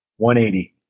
180